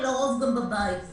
ולרוב גם בבית.